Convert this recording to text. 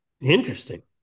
Interesting